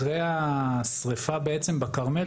למעשה אחרי השריפה בכרמל,